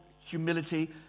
humility